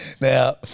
Now